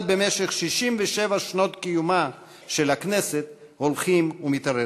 במשך 67 שנות קיומה של הכנסת הולכים ומתערערים.